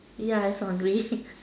ya its